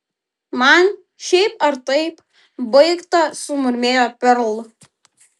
man šiaip ar taip baigta sumurmėjo perl